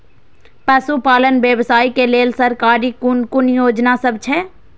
पशु पालन व्यवसाय के लेल सरकारी कुन कुन योजना सब छै?